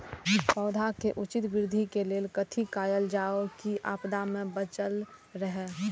पौधा के उचित वृद्धि के लेल कथि कायल जाओ की आपदा में बचल रहे?